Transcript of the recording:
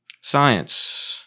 Science